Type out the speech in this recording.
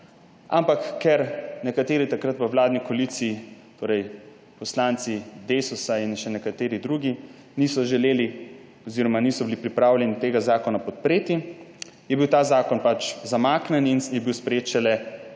Ampak ker nekateri takrat v vladni koaliciji, torej poslanci Desusa in še nekateri drugi, niso želeli oziroma niso bili pripravljeni tega zakona podpreti, je bil ta zakon pač zamaknjen in je bil sprejet